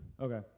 Okay